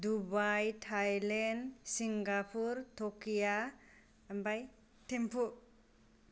Dubai Thailand Singapore Tokyo आमफाय Thimphu